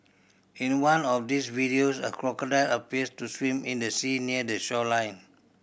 in one of these videos a crocodile appears to swim in the sea near the shoreline